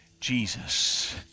Jesus